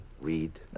read